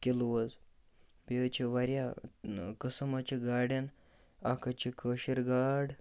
kilo حظ بیٚیہِ حظ چھِ واریاہ قٕسٕم حظ چھِ گاڑٮ۪ن اَکھ حظ چھِ کٲشِر گاڈ